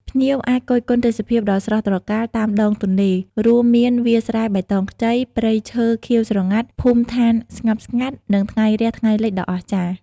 ភ្ញៀវអាចគយគន់ទេសភាពដ៏ស្រស់ត្រកាលតាមដងទន្លេ រួមមានវាលស្រែបៃតងខ្ចី ព្រៃឈើខៀវស្រងាត់ ភូមិដ្ឋានស្ងប់ស្ងាត់ និងថ្ងៃរះ-ថ្ងៃលិចដ៏អស្ចារ្យ។